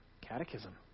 Catechism